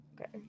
Okay